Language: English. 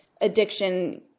addiction